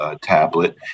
tablet